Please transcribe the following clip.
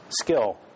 skill